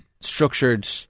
structured